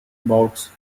bouts